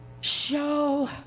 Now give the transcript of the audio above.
show